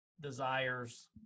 desires